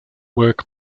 work